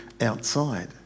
outside